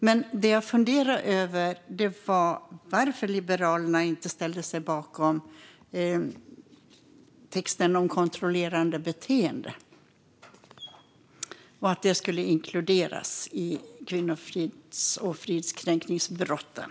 Men det jag funderar över är varför Liberalerna inte ställde sig bakom texten om att kontrollerande beteende skulle inkluderas i kvinnofrids och fridskränkningsbrotten.